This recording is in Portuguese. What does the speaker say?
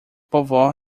vovó